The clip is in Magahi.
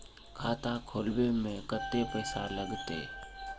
खाता खोलबे में कते पैसा लगते?